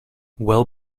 well